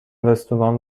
رستوران